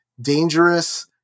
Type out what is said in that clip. dangerous